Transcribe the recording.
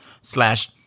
slash